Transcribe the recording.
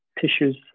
tissues